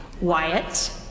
Wyatt